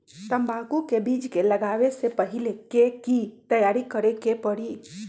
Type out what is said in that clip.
तंबाकू के बीज के लगाबे से पहिले के की तैयारी करे के परी?